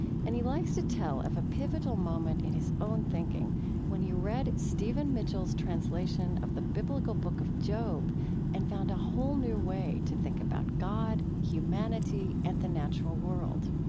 and he likes to tell of a pivotal moment in his own thinking when he read stephen mitchell's translation of the biblical book of job and found a whole new way to think about god, humanity, and the natural world